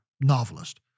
novelist